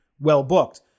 well-booked